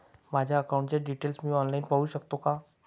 माझ्या अकाउंटचे डिटेल्स मी ऑनलाईन पाहू शकतो का?